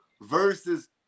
versus